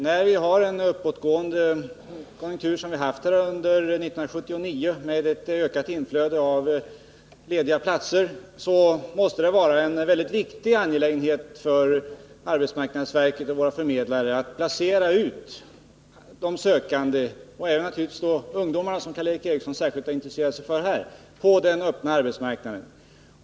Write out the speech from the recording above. När vi har en uppåtgående konjunktur, som vi haft under 1979, med ett ökat utbud av lediga platser måste det vara en synnerligen viktig angelägenhet för arbetsmarknadsverket och för våra förmedlare att placera ut de sökande — naturligtvis då även ungdomarna, som Karl Erik Eriksson har visat särskilt stort intresse för — på den öppna marknaden.